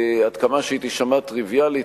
עד כמה שהיא תישמע טריוויאלית,